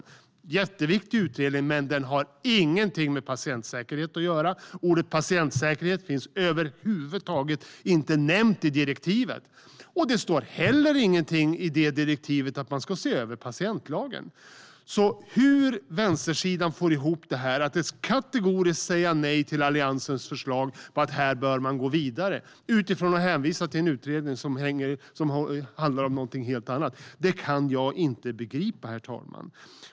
Det är en jätteviktig utredning, men den har ingenting med patientsäkerhet att göra. Ordet patientsäkerhet finns över huvud taget inte nämnt i direktivet, och det står heller inget i direktivet om att man ska se över patientlagen. Hur vänstersidan kategoriskt kan säga nej till Alliansens förslag om att gå vidare med detta, med hänvisning till en utredning som handlar om något helt annat, kan jag inte begripa, herr talman.